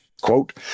Quote